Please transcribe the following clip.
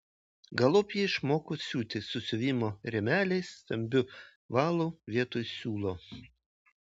galop ji išmoko siūti su siuvimo rėmeliais stambiu valu vietoj siūlo